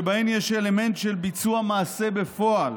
שבהן יש אלמנט של ביצוע מעשה בפועל: